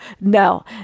no